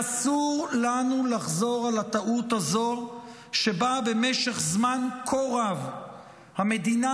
ואסור לנו לחזור על הטעות הזו שבה במשך זמן כה רב המדינה